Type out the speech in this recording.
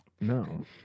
no